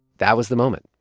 that was the moment.